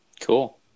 Cool